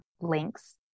links